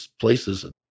places